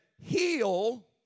heal